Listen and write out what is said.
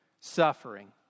suffering